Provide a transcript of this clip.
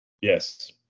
Yes